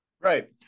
Right